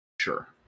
Sure